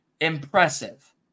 impressive